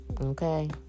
okay